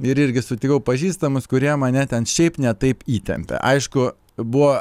ir irgi sutikau pažįstamus kurie mane ten šiaip ne taip įtempe aišku buvo